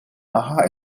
aha